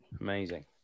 Amazing